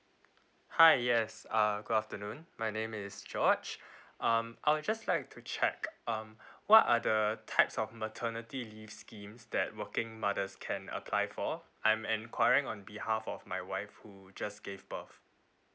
hi yes uh good afternoon my name is george um I'll just like to check um what are the types of maternity leave schemes that working mothers can apply for I'm enquiring on behalf of my wife who just gave birth